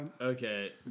Okay